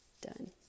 done